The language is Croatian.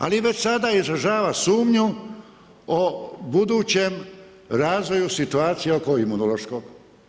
Ali već sada izražava sumnju o budućem razvoju situacije oko Imunološkog.